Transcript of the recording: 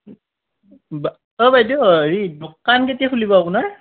অ বাইদেউ হেৰি দোকান কেতিয়া খুলিব আপোনাৰ